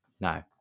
No